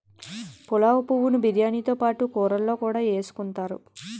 పులావు పువ్వు ను బిర్యానీతో పాటు కూరల్లో కూడా ఎసుకుంతారు